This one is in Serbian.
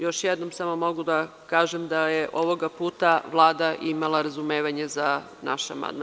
Još jednom samo mogu da kažem da je ovoga puta Vlada imala razumevanje za naš amandman.